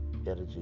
energy